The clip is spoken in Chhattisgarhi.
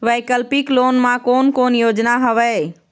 वैकल्पिक लोन मा कोन कोन योजना हवए?